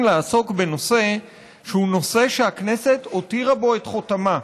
לעסוק בנושא שהוא נושא שהכנסת הותירה בו את חותמה.